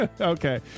Okay